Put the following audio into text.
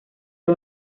era